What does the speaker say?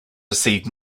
received